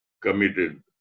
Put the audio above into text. committed